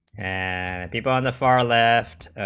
and people on the far left